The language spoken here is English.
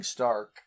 Stark